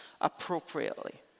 appropriately